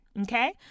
okay